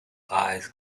eyes